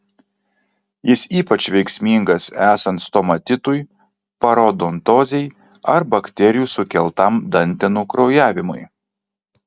jis ypač veiksmingas esant stomatitui parodontozei ar bakterijų sukeltam dantenų kraujavimui